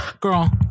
Girl